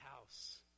house